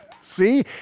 See